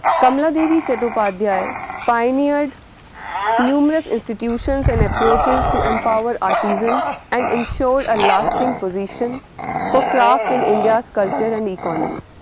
kamladevi chattopadhyay pioneered numerous institutions and approaches to empower artisans and ensure a lasting position for craft in india's culture and economy.